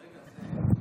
בבקשה.